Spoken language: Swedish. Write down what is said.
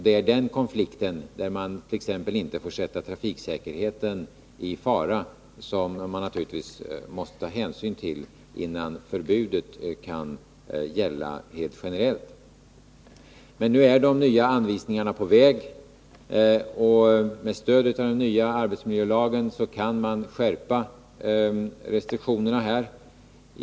Det är den konflikten när t.ex. trafiksäkerheten inte får sättas i fara som vi naturligtvis måste ta hänsyn till, innan förbudet kan gälla helt generellt. Nu är emellertid de nya anvisningarna på väg, och med stöd av den nya arbetsmiljölagen kan restriktionerna i denna del skärpas.